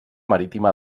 marítima